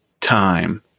time